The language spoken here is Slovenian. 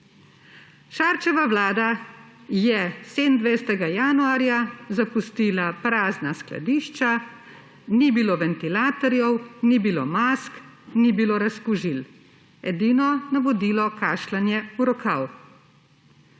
Šarčeva vlada je 27. januarja zapustila prazna skladišča, ni bilo ventilatorjev, ni bilo mask, ni bilo razkužil. Edino navodilo kašljanje v rokav.